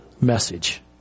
message